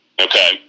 Okay